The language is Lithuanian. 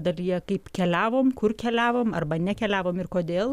dalyje kaip keliavom kur keliavom arba nekeliavom ir kodėl